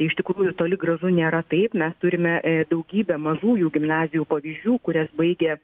iš tikrųjų toli gražu nėra taip mes turime daugybę mažųjų gimnazijų pavyzdžių kurias baigė